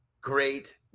great